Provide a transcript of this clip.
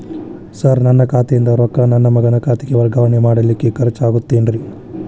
Sir ನನ್ನ ಖಾತೆಯಿಂದ ರೊಕ್ಕ ನನ್ನ ಮಗನ ಖಾತೆಗೆ ವರ್ಗಾವಣೆ ಮಾಡಲಿಕ್ಕೆ ಖರ್ಚ್ ಆಗುತ್ತೇನ್ರಿ?